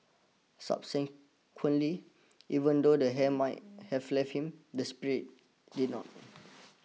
subsequently even though the hair might have left him the spirit did not